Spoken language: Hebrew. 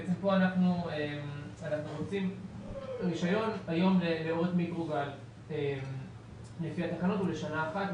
היום רישיון לאורך מיקרוגל לפי התקנות הוא לשנה אחת.